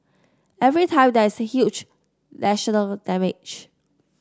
every time there is huge national damage